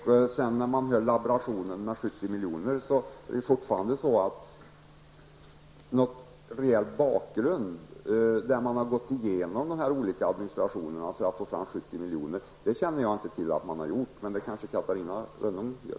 När man hör om laborationen med 70 miljoner kan man konstatera att det fortfarande inte finns någon reell bakgrund, där man gått igenom dessa olika administrationer för att få fram 70 miljoner. Jag känner inte till att man skulle ha gjort detta. Kanske Catarina Rönnung känner till det?